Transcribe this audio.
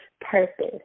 purpose